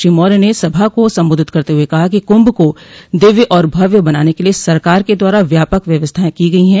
श्री मौर्य ने सभा को संबोधित करते हुए कहा कि कुंभ को दिव्य और भव्य बनाने के लिये सरकार के द्वारा व्यापक व्यवस्थाएं की गई है